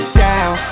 down